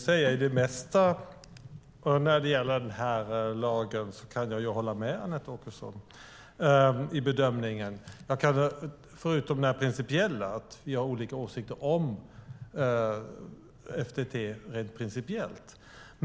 Herr talman! I mycket kan jag hålla med Anette Åkesson i bedömningen när det gäller den här lagen, förutom det rent principiella. Vi har olika åsikter om FTT rent principiellt.